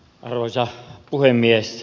arvoisa puhemies